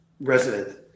resident